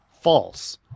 false